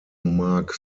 mark